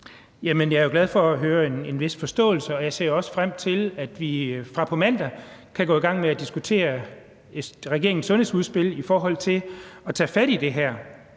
Jeg er jo glad for at høre en vis forståelse, og jeg ser frem til, at vi fra på mandag kan gå i gang med at diskutere regeringens sundhedsudspil i forhold til at tage fat i det her,